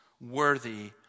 worthy